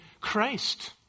Christ